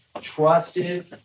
trusted